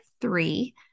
three